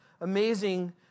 amazing